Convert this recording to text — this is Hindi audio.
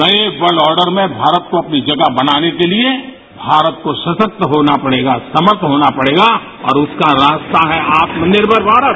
नये वर्लड ऑर्डर में भारत को अपनी जगह बनाने के लिये भारत को सशक्त होना पड़ेगा समर्थ होना पड़ेगा और उसका रास्ता है आत्मनिर्मर भारत